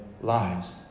lives